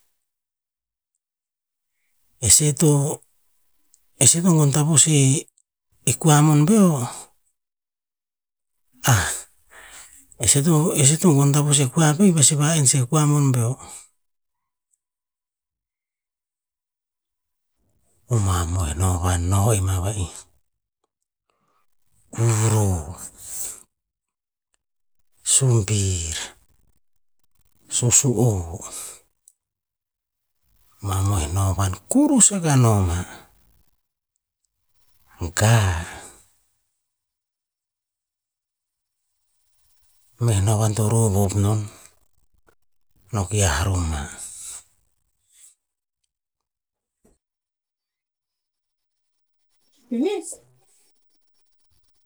E se to- e se to gon tavus e kua mon peo, e se to'e se to gon tavus e kua peo pasi va'en me si e kua mon peo. A mamoih novan no en ma va'i, kuroh, sumbir, susu'o mamoih novan kurus akah noma, gah. Meh novan to rov hop non, no ki hah rom mah.